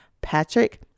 Patrick